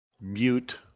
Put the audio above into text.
Mute